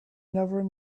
never